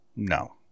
No